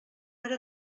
era